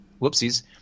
whoopsies